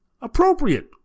Appropriate